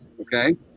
Okay